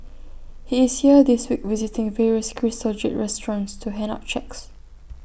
he is here this week visiting various crystal jade restaurants to hand out cheques